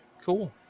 cool